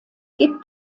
gibt